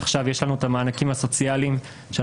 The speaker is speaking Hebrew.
עכשיו יש לנו את המענקים הסוציאליים שאנחנו